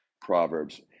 proverbs